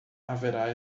haverá